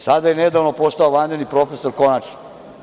Sada je nedavno postao vanredni profesor, konačno.